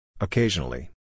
Occasionally